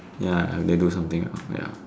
ya they do something ya